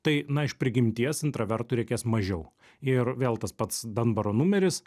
tai na iš prigimties intravertui reikės mažiau ir vėl tas pats danbaro numeris